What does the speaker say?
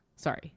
Sorry